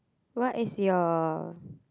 what is your